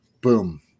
Boom